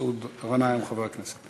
מסעוד רנאים, חבר הכנסת.